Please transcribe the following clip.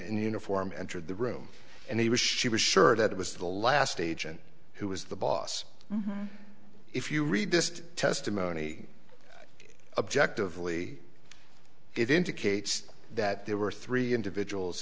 in uniform entered the room and he was she was sure that it was the last agent who was the boss if you read this testimony objective lee it indicates that there were three individuals